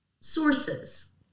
sources